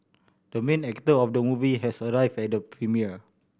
the main actor of the movie has arrived at the premiere